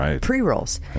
pre-rolls